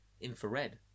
infrared